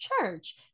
church